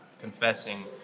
confessing